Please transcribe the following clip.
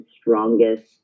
strongest